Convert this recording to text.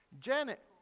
Janet